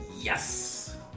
Yes